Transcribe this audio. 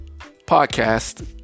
podcast